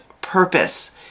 purpose